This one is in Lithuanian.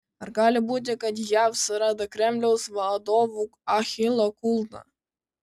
ar gali būti kad jav surado kremliaus vadovų achilo kulną